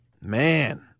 Man